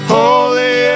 holy